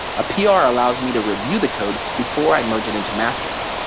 a pr allows me to review the code before i merge it into master.